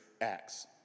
acts